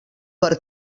per